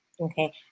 okay